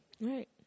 Right